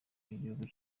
by’igihugu